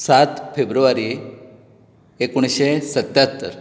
सात फेब्रुवारी एकोणिशें सत्त्यातर